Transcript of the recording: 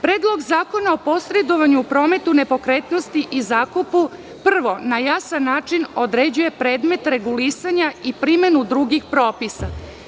Predlog zakona o posredovanju u prometu nepokretnosti i zakupu, prvo na jasan način određuje predmet regulisanja i primenu drugih propisa.